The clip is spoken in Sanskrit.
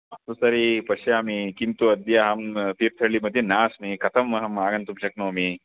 अस्तु तर्हि पश्यामि किन्तु अद्य अहं तीर्थळ्ळिमध्ये नास्मि कथम् अहम् आगन्तुं शक्नोमि